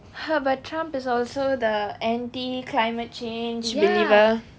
but trump is also the anti climate change beliver